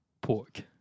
Pork